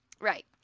Right